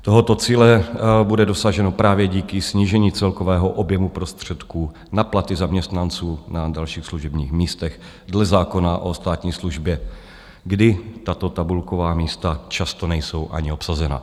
Tohoto cíle bude dosaženo právě díky snížení celkového objemu prostředků na platy zaměstnanců na dalších služebních místech dle zákona o státní službě, kdy tato tabulková místa často nejsou ani obsazena.